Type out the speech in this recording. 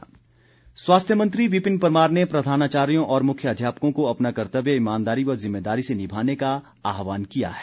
विपिन परमार स्वास्थ्य मंत्री विपिन परमार ने प्रधानाचार्यों और मुख्यध्यापकों को अपना कर्त्तव्य ईमानदारी व जिम्मेदारी से निभाने का आहवान किया है